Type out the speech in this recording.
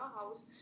house